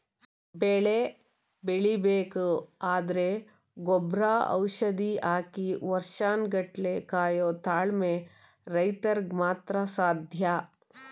ಬೆಳೆ ಬೆಳಿಬೇಕು ಅಂದ್ರೆ ಗೊಬ್ರ ಔಷಧಿ ಹಾಕಿ ವರ್ಷನ್ ಗಟ್ಲೆ ಕಾಯೋ ತಾಳ್ಮೆ ರೈತ್ರುಗ್ ಮಾತ್ರ ಸಾಧ್ಯ